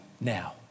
now